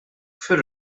fir